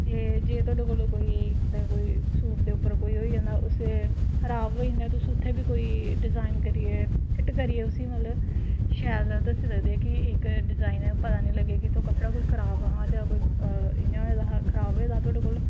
ते जे तोआड़ै कोल कुतै कोई सूट दे उप्पर कोई होई जंदा उसी खराब होई जंदा तुस उत्थें बी कोई डिज़ाईन करियै फिट्ट करियै उसी मतलब शैल दस्सी सकदे कि इक डिज़ाईन पता निं लग्गै कि कपड़ा कोई खराब हा जां इ'यां कोई इ'यां होए दा हा खराब होए दा हा तोआड़े कोला